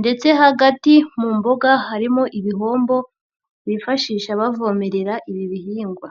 ndetse hagati mu mboga harimo ibihombo bifashisha bavomerera ibi bihingwa.